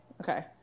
Okay